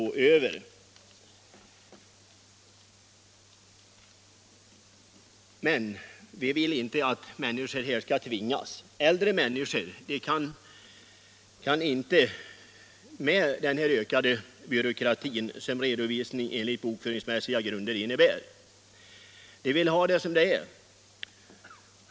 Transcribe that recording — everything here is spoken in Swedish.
Men vi vill inte att människor skall tvingas till detta. Äldre människor kan inte acceptera den ökade byråkrati som en redovisning enligt bokföringsmässiga grunder innebär. De vill ha det som tidigare.